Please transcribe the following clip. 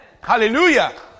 Hallelujah